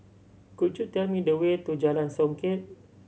could you tell me the way to Jalan Songket